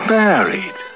married